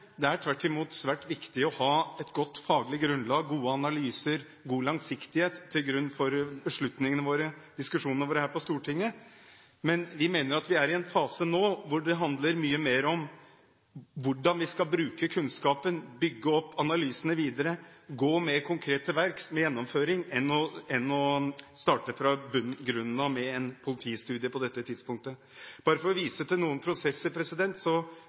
Det er tvert imot svært viktig å ha et godt faglig grunnlag, gode analyser og god langsiktighet til grunn for beslutningene/diskusjonene våre her på Stortinget. Men vi mener at vi nå er i en fase hvor det mye mer handler om hvordan vi skal bruke kunnskapen, bygge opp analysene videre, gå mer konkret til verks ved gjennomføring, enn å starte fra grunnen av med en politistudie på dette tidspunktet. Bare for å vise til noen prosesser: